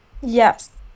Yes